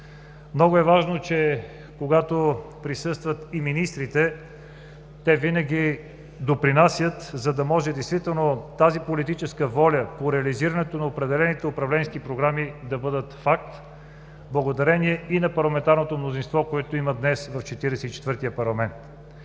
Много е важно, че когато присъстват и министрите, те винаги допринасят, за да може действително тази политическа воля по реализирането на определените управленски програми да бъдат факт, благодарение и на парламентарното мнозинство, което има днес Четиридесет